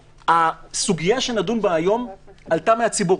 הסוגיה שנדון בה היום עלתה מהציבור.